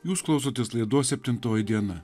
jūs klausotės laidos septintoji diena